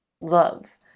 love